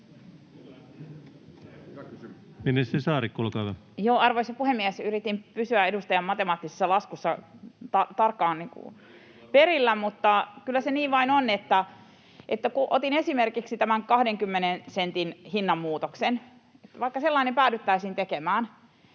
Arvoisa puhemies! Yritin pysyä edustajan matemaattisessa laskussa mukana, mutta kyllä se niin vain on, että kun otin esimerkiksi tämän 20 sentin hinnanmuutoksen ja vaikka sellainen päädyttäisiin tekemään